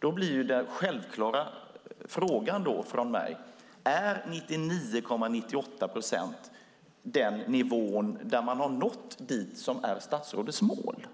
Då blir den självklara frågan från mig: Är 99,98 procent den nivå där man har nått statsrådets mål?